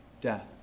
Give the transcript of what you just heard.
death